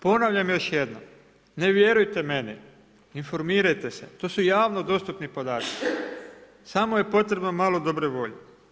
Ponavljam još jednom, ne vjerujte meni, informirajte se, to su javno dostupni podaci, samo je potrebno malo dobre volje.